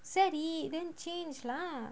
say already then change lah